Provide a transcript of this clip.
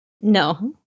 No